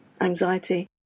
anxiety